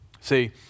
See